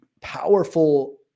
powerful